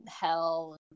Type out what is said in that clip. hell